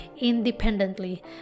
independently